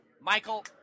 Michael